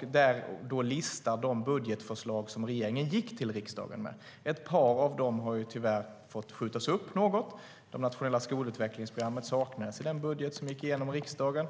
Där listas de budgetförslag som regeringen gick till riksdagen med. Ett par av dem har tyvärr fått skjutas upp något. De nationella skolutvecklingsprogrammen saknas i den budget som gick igenom riksdagen.